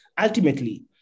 ultimately